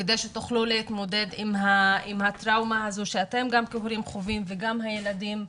כדי שתוכלו להתמודד עם הטראומה הזו שאתם כהורים חווים וגם חווים הילדים.